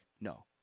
no